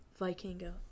Vikingo